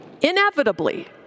Inevitably